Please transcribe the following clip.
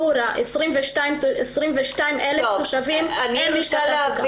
ב-חורה 22,000 תושבים אין לשכת תעסוקה.